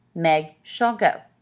meg shall go.